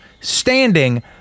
standing